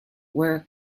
were